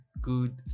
good